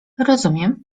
rozumiem